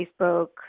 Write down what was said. Facebook